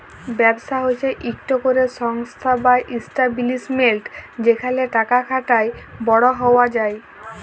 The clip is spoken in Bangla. ব্যবসা হছে ইকট ক্যরে সংস্থা বা ইস্টাব্লিশমেল্ট যেখালে টাকা খাটায় বড় হউয়া যায়